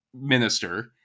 minister